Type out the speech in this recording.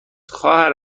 خواهر